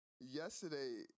yesterday